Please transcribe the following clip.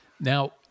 Now